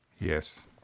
Yes